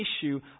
issue